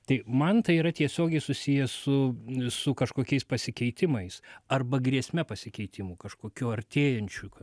tai man tai yra tiesiogiai susiję su su kažkokiais pasikeitimais arba grėsme pasikeitimų kažkokių artėjančių